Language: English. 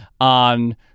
on